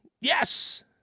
Yes